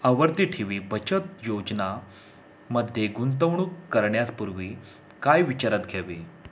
आवडती ठेवी बचत योजना मध्ये गुंतवणूक करण्यासपूर्वी काय विचारात घ्यावे